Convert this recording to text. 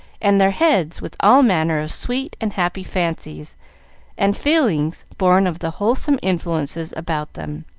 and their heads with all manner of sweet and happy fancies and feelings born of the wholesome influences about them.